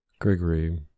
Gregory